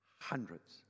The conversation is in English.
hundreds